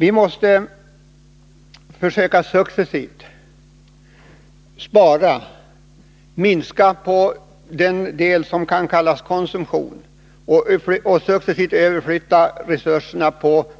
Vi måste försöka att successivt spara, att minska på den del som kan kallas konsumtion, och efter hand överflytta resurserna